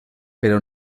pero